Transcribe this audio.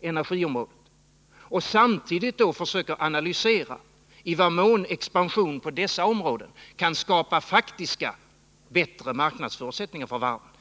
energiområdet — och samtidigt försöker analysera i vad mån expansion på dessa områden kan skapa faktiska bättre marknadsförutsättningar för varven.